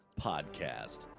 podcast